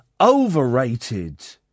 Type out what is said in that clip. overrated